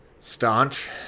staunch